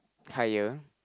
higher